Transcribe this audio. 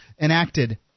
enacted